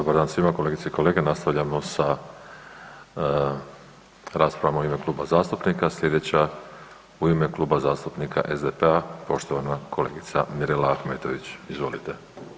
Dobar dan svima kolegice i kolege, nastavljamo sa raspravama u ime kluba zastupnika, slijedeća u ime Kluba zastupnika SDP-a poštovana kolegica Mirela Ahmetović, izvolite.